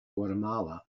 guatemala